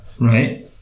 Right